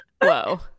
Whoa